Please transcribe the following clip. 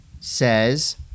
says